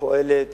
פועלת